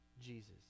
Jesus